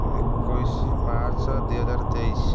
ଏକୋଇଶି ମାର୍ଚ୍ଚ ଦୁଇହଜାରତେଇଶି